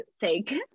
sake